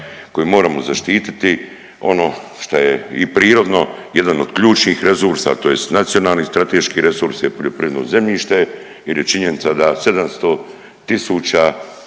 koju moramo zaštiti ono šta je i prirodno jedan od ključnih resursa tj. nacionalni strateški resurs je poljoprivredno zemljište jer je činjenica da 700 tisuća